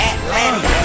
Atlantic